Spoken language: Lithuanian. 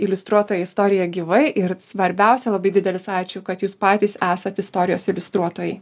iliustruotą istoriją gyvai ir svarbiausia labai didelis ačiū kad jūs patys esat istorijos iliustruotojai